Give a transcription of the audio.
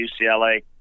UCLA